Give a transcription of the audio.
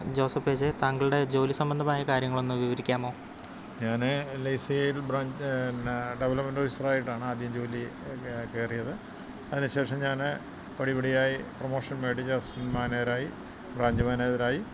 Joseph A J താങ്കളുടെ ജോലി സംബന്ധമായ കാര്യങ്ങളൊന്ന് വിവരിക്കാമോ ഞാൻ എൽ ഐ സിയിൽ ബ്രാഞ്ച് ഡെവലപ്പ്മെൻറ്റ് ഓഫീസറായിട്ടാണ് ആദ്യം ജോലി കയറിയത് അതിനു ശേഷം ഞാൻ പടി പടിയായി പ്രമോഷൻ മേടിച്ച് അസിസ്റ്റൻറ്റ് മാനേജരായി ബ്രാഞ്ച് മാനേജറായി